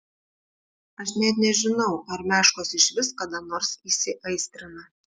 aš net nežinau ar meškos išvis kada nors įsiaistrina